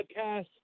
podcast